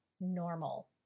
normal